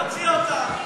תוציא אותה.